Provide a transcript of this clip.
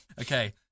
Okay